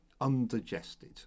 undigested